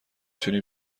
تونی